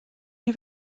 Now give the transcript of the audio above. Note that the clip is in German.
die